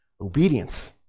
Obedience